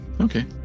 Okay